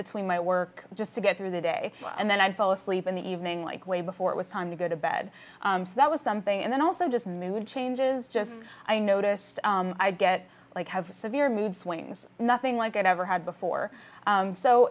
between my work just to get through the day and then i'd fall asleep in the evening like way before it was time to go to bed so that was something and then also just mood changes just i notice i get like have severe mood swings nothing like i've ever had before